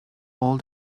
all